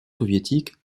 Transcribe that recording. soviétique